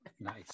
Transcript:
Nice